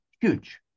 huge